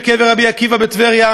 הן בקבר רבי עקיבא בטבריה,